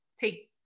take